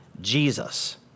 Jesus